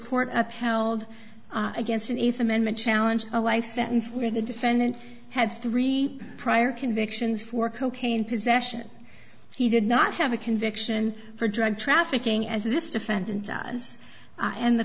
court upheld against an eighth amendment challenge a life sentence where the defendant had three prior convictions for cocaine possession he did not have a conviction for drug trafficking as this defendant does and the